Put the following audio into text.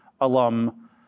alum